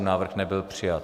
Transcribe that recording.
Návrh nebyl přijat.